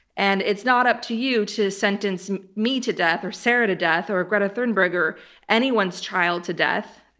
and it's not up to you to sentence me to death or sarah to death or greta thunberg, or anyone's child to death,